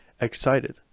excited